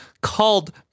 called